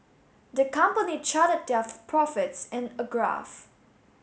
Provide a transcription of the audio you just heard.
the company charted their profits in a graph